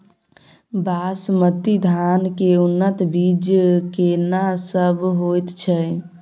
बासमती धान के उन्नत बीज केना सब होयत छै?